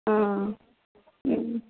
ஆ ம்